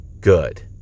Good